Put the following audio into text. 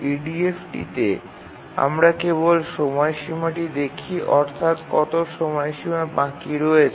EDF টিতে আমরা কেবল সময়সীমাটি দেখি অর্থাৎ কত সময়সীমা বাকি রয়েছে